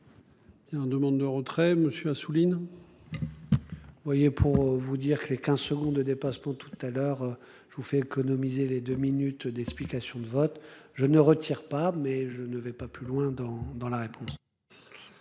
retrait. Demande de retrait monsieur Assouline. Vous voyez, pour vous dire que les 15 secondes de dépassement. Tout à l'heure. Je vous fais économiser les deux minutes d'explications de vote. Je ne retire pas mais je ne vais pas plus loin dans dans la réponse.